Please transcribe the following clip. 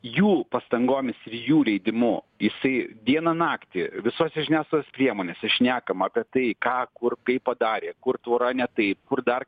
jų pastangomis ir jų leidimu jisai dieną naktį visose žiniasklaidos priemonėse šnekama apie tai ką kur kaip padarė kur tvora ne taip kur dar